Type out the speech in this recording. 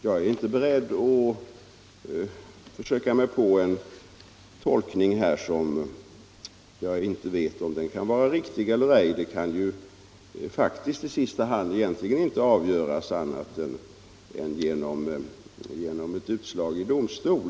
Jag är icke beredd att försöka mig på en tolkning härvidlag, eftersom jag inte vet om den kan vara riktig eller ej. Det kan egentligen i sista hand inte avgöras annat genom ett utslag i domstol.